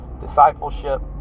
discipleship